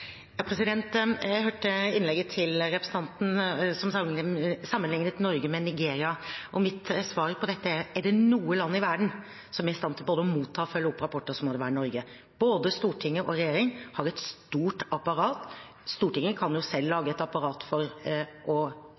Jeg hørte innlegget til representanten, der han sammenlignet Norge med Nigeria, og mitt svar på dette er: Er det noe land i verden som er i stand til både å motta og å følge opp rapporter, må det være Norge. Både Stortinget og regjeringen har et stort apparat. Stortinget kan selv lage et apparat for å